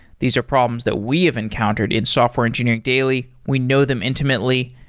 these are problems that we have encountered in software engineering daily. we know them intimately,